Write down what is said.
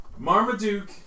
Marmaduke